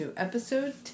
Episode